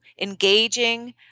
engaging